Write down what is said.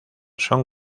son